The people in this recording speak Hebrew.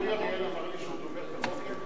אורי אריאל אמר לי שהוא תומך בחוק אדרי.